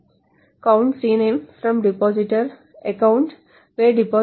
కాబట్టి SELECT bname count FROM depositor account WHERE depositor